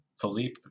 Philippe